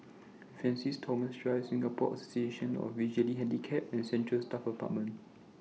Francis Thomas Drive Singapore Association of The Visually Handicapped and Central Staff Apartment